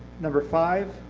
number five,